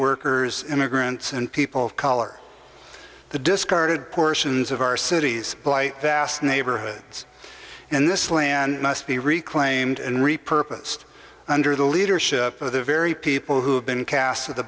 workers immigrants and people of color the discarded portions of our city's blight vast neighborhoods and this land must be reclaimed and repurposed under the leadership of the very people who have been cast at the